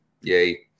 Yay